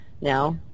now